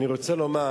אני רוצה לומר